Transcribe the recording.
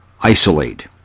isolate